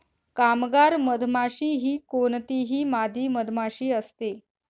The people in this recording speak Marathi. कामगार मधमाशी ही कोणतीही मादी मधमाशी असते